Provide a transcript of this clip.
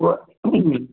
हूअ